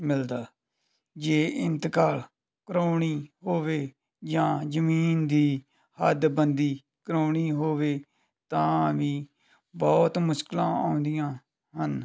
ਮਿਲਦਾ ਜੇ ਇੰਤਕਾਲ ਕਰਵਾਉਣੀ ਹੋਵੇ ਜਾਂ ਜ਼ਮੀਨ ਦੀ ਹੱਦਬੰਦੀ ਕਰਵਾਉਣੀ ਹੋਵੇ ਤਾਂ ਵੀ ਬਹੁਤ ਮੁਸ਼ਕਿਲਾਂ ਆਉਂਦੀਆਂ ਹਨ